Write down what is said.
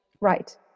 right